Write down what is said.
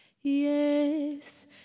Yes